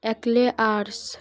eclairs